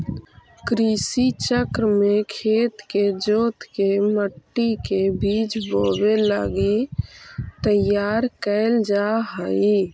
कृषि चक्र में खेत के जोतके मट्टी के बीज बोवे लगी तैयार कैल जा हइ